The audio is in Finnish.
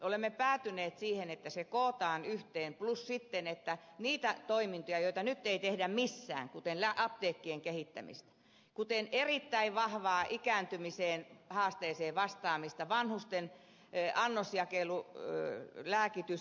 olemme päätyneet siihen että se kootaan yhteen plus sitten että parannetaan niitä toimintoja joita nyt ei tehdä missään kuten apteekkien kehittämistä kuten erittäin vahvaa ikääntymisen haasteeseen vastaamista vanhusten annosjakelulääkitystä